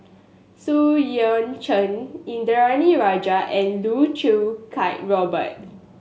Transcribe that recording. Xu Yuan Zhen Indranee Rajah and Loh Choo Kiat Robert